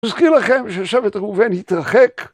מזכיר לכם ששבט ראובן התרחק.